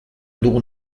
dugun